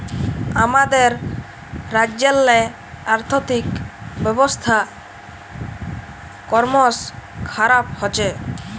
আমাদের রাজ্যেল্লে আথ্থিক ব্যবস্থা করমশ খারাপ হছে